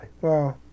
Wow